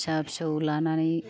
फिसा फिसौ लानानै